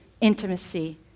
intimacy